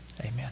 Amen